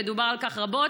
ודובר על כך רבות.